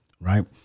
Right